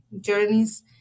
journeys